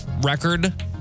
record